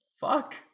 fuck